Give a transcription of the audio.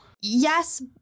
Yes